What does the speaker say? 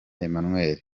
emmanuel